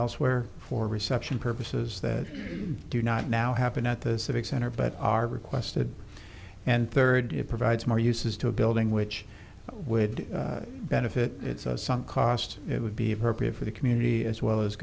elsewhere for reception purposes that do not now happen at the civic center but are requested and third it provides more uses to a building which would benefit it's a sunk cost it would be appropriate for the community as well as